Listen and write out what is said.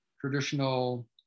traditional